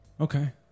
Okay